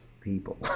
People